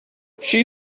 she